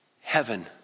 heaven